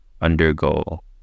Undergo